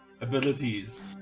abilities